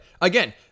Again